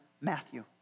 Matthew